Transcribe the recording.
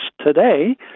today